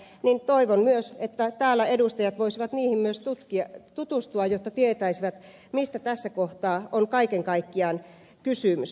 toivon myös että täällä edustajat voisivat niihin tutustua jotta tietäisivät mistä tässä kohtaa on kaiken kaikkiaan kysymys